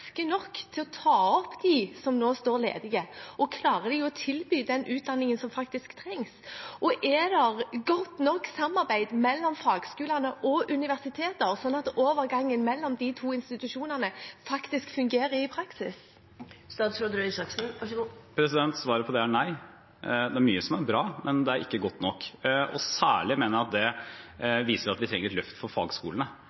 nok til å ta opp dem som nå står ledige. Klarer de å tilby den utdanningen som trengs? Er det godt nok samarbeid mellom fagskolene og universitetene, slik at overgangen mellom de to institusjonene fungerer i praksis? Svaret på det er nei. Det er mye som er bra, men det er ikke godt nok. Særlig mener jeg at det